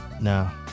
Now